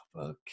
Okay